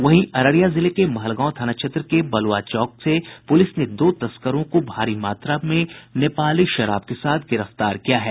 वहीं अररिया जिले के महलगांव थाना क्षेत्र के बलुआ चौक से पुलिस ने दो तस्करों को भारी मात्रा में नेपाली शराब के साथ गिरफ्तार किया है